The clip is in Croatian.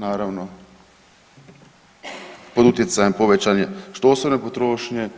Naravno pod utjecajem povećanja što osobne potrošnje,